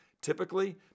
typically